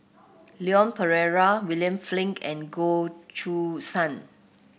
Leon Perera William Flint and Goh Choo San